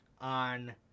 on